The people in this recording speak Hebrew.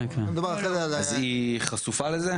אז היא חשופה לזה?